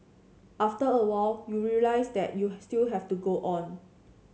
after a while you realise that you still have to go on